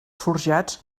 forjats